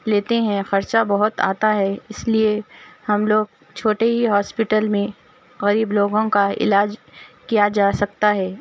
لیتے ہیں خرچہ بہت آتا ہے اس لیے ہم لوگ چھوٹے ہی ہاسپیٹل میں غریب لوگوں کا علاج کیا جا سکتا ہے